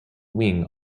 wing